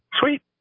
Sweet